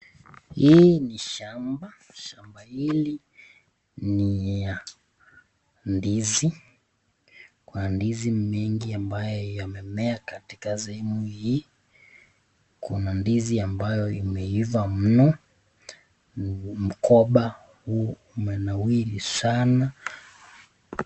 Hii ni shamba na shamba hili ni ya ndizi kuna ndizi mingi ambayo yamemea katika sehemu hii, kuna ndizi ambayo imeiva mno. Mkoba huu umenawiri sana.